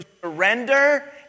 surrender